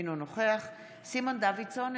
אינו נוכח סימון דוידסון,